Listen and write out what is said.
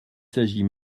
s’agit